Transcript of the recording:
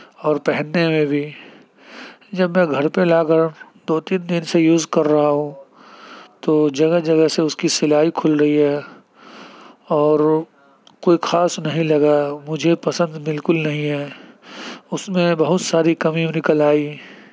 اور پہننے میں بھی جب میں گھر پہ لا کر دو تین دن سے یوز کر رہا ہوں تو جگہ جگہ سے اس کی سلائی کھل رہی ہے اور کوئی خاص نہیں لگا مجھے پسند بالکل نہیں ہے اس میں بہت ساری کمی نکل آئی